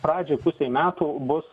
pradžioj pusei metų bus